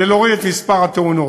כדי להוריד את מספר התאונות.